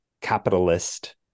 capitalist